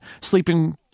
sleeping